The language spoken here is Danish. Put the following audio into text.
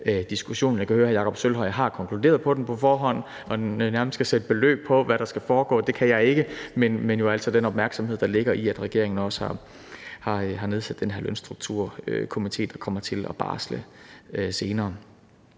Jeg kan høre, at hr. Jakob Sølvhøj har konkluderet på den på forhånd og nærmest kan sætte beløb på, hvad der skal foregå. Det kan jeg ikke, men vil jo altså nævne den opmærksomhed, der ligger i, at regeringen også har nedsat den her Lønstrukturkomité, der kommer til at barsle senere.